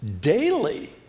daily